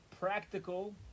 practical